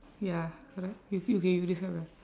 ya correct you okay you describe that one